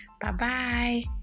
Bye-bye